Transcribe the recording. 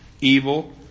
evil